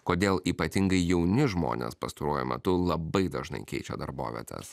kodėl ypatingai jauni žmonės pastaruoju metu labai dažnai keičia darbovietes